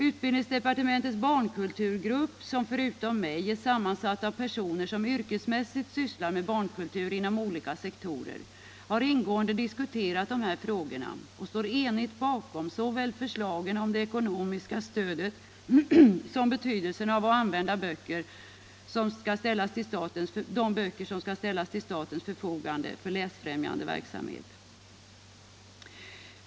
Utbildningsdepartementets barnkulturgrupp, som förutom mig är sammansatt av personer som yrkesmässigt sysslar med barnkultur inom olika sektorer, har ingående diskuterat dessa frågor och står enig bakom såväl förslagen om det ekonomiska stödet som uppfattningen om betydelsen av att använda de böcker som skall ställas till statens förfogande för läsfrämjande verksamhet.